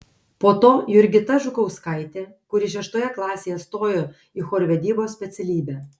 po to jurgita žukauskaitė kuri šeštoje klasėje stojo į chorvedybos specialybę